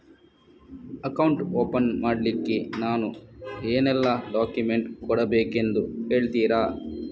Account open ಮಾಡ್ಲಿಕ್ಕೆ ನಾವು ಏನೆಲ್ಲ ಡಾಕ್ಯುಮೆಂಟ್ ಕೊಡಬೇಕೆಂದು ಹೇಳ್ತಿರಾ?